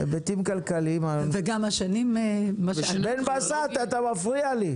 גם השנים --- בן בסט, אתה מפריע לי.